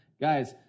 Guys